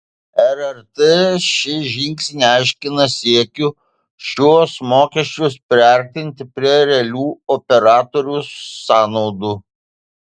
rrt šį žingsnį aiškina siekiu šiuos mokesčius priartinti prie realių operatorių sąnaudų